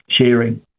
sharing